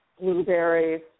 blueberries